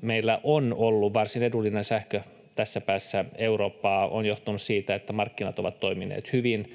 meillä on ollut varsin edullinen sähkö tässä päässä Eurooppaa, on johtunut siitä, että markkinat ovat toimineet hyvin.